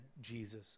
Jesus